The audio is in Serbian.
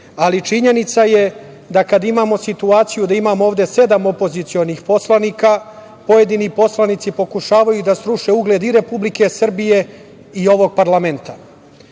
ali činjenica je da kada imamo situaciju da imamo ovde sedam opozicionih poslanika, pojedini poslanici pokušavaju da sruše ugled i Republike Srbije i ovog parlamenta. Imali